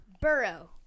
Burrow